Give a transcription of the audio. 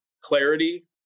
clarity